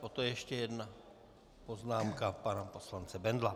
Poté ještě jedna poznámka pana poslance Bendla.